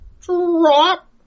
Drop